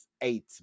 Eight